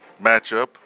matchup